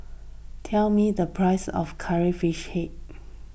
tell me the price of Curry Fish Head